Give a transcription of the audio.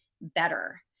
better